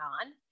on